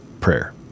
prayer